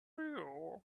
you